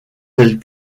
tels